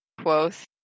Quoth